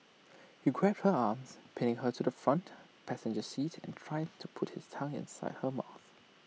he grabbed her arms pinning her to the front passenger seat and tried to put his tongue inside her mouth